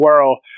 world